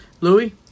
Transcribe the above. louis